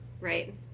right